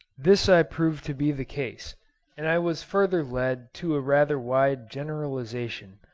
this i proved to be the case and i was further led to a rather wide generalisation,